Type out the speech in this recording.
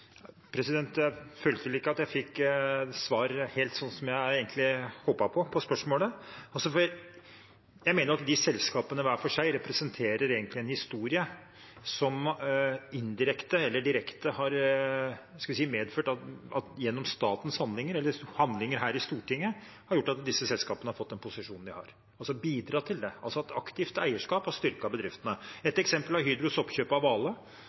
Jeg følte vel ikke at jeg fikk svar på spørsmålet helt sånn som jeg egentlig håpet på. Jeg mener at disse selskapene hver for seg representerer en historie som indirekte eller direkte har medført gjennom statens handlinger, eller handlinger her i Stortinget, at disse selskapene har fått den posisjonen de har. Det har altså bidratt til det – aktivt eierskap har styrket bedriftene. Et eksempel er Hydros oppkjøp av Vale